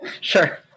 Sure